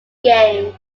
game